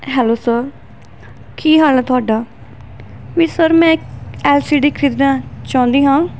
hello sir ਕੀ ਹਾਲ ਹੈ ਤੁਹਾਡਾ ਵੀ ਸਰ ਮੈਂ ਇੱਕ ਐਲ ਸੀ ਡੀ ਖਰੀਦਣਾ ਚਾਹੁੰਦੀ ਹਾਂ